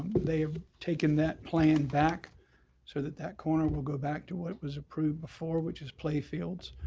they have taken that plan back so that that corner will go back to what was approved before, which is play fields.